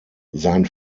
sein